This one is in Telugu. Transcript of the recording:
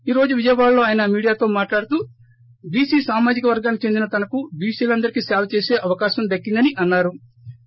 ఈ రోజు విజయవాడలో అయన మీడియాతో మాట్లాడుతూ బీసీ సామాజిక వర్గానికి చెందిన తనకు బీసీలందరికీ సేవ చేసే అవకాశం దక్కిందని అన్నా రు